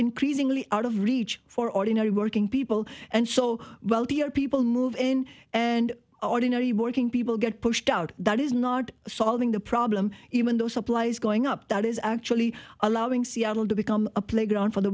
increasingly out of reach for ordinary working people and so wealthier people move in and ordinary working people get pushed out that is not solving the problem even though supplies going up that is actually allowing seattle to become a playground for the